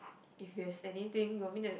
if there's anything you want me to